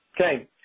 Okay